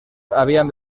habían